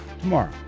tomorrow